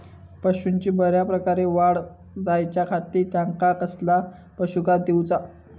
पशूंची बऱ्या प्रकारे वाढ जायच्या खाती त्यांका कसला पशुखाद्य दिऊचा?